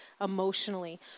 emotionally